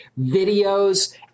videos